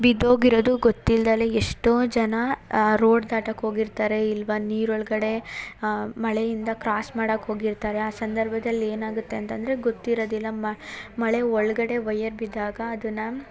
ಬಿದ್ದೋಗಿರದು ಗೊತ್ತಿಲ್ದಲೆ ಎಷ್ಟೋ ಜನ ಆ ರೋಡ್ ದಾಟಕ್ಕೆ ಹೋಗಿರ್ತಾರೆ ಇಲ್ಲಿ ಬಂದು ನೀರು ಒಳ್ಗಡೆ ಮಳೆಯಿಂದ ಕ್ರಾಸ್ ಮಾಡಕ್ಕೆ ಹೋಗಿರ್ತಾರೆ ಆ ಸಂದರ್ಭದಲ್ಲಿ ಏನಾಗುತ್ತೆ ಅಂತಂದರೆ ಗೊತ್ತಿರೋದಿಲ್ಲ ಮಳೆ ಒಳಗಡೆ ವೈಯರ್ ಬಿದ್ದಾಗ ಅದನ್ನ